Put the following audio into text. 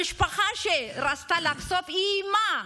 המשפחה רצתה לחשוף, היא איימה,